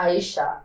Aisha